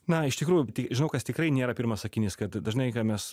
na iš tikrųjų žinau kas tikrai nėra pirmas sakinys kad dažnai ką mes